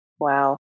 Wow